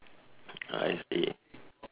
I see